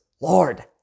Lord